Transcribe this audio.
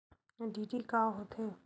DD का होथे?